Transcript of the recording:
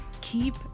Keep